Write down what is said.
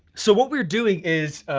so what we are doing is,